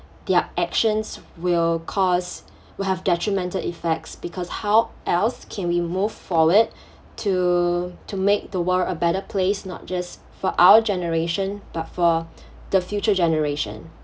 their actions will cause will have detrimental effects because how else can we move forward to to make the world a better place not just for our generation but for the future generation